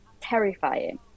terrifying